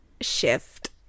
shift